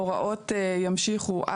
הוראות ימשיכו,